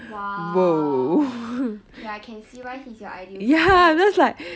!wow! okay I can see why he is your ideal type